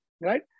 right